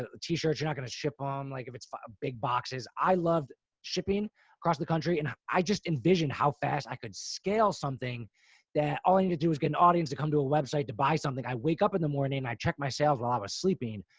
ah t-shirts are not going to ship on, like, if it's big boxes, i love shipping across the country. and i just envisioned how fast i could scale something that all i need to do is get an audience to come to a website, to buy something. i wake up in the morning and i check my sales while i was sleeping.